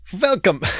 welcome